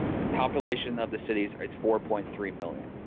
the population of the cities is four point three million